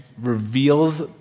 reveals